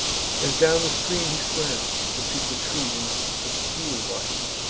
as down the stream he swam, to seek retreat in the cool waters,